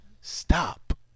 stop